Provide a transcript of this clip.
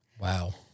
Wow